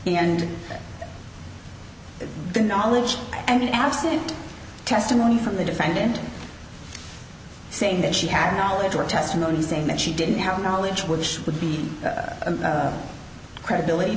and the knowledge and absent testimony from the defendant saying that she had knowledge or testimony saying that she didn't have knowledge which would be a credibility